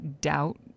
doubt